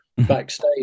Backstage